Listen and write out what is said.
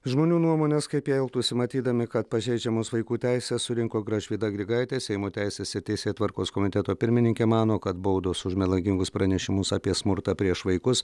žmonių nuomonės kaip jie elgtųsi matydami kad pažeidžiamos vaikų teises surinko gražvyda grigaitė seimo teisės ir teisėtvarkos komiteto pirmininkė mano kad baudos už melagingus pranešimus apie smurtą prieš vaikus